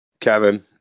Kevin